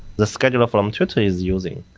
the scheduler from twitter is using.